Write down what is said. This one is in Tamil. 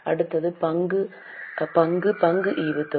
அடுத்தது பங்கு பங்கு ஈவுத்தொகை